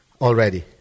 Already